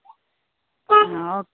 ఓక్